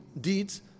deeds